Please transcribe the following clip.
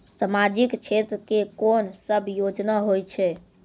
समाजिक क्षेत्र के कोन सब योजना होय छै?